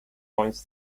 points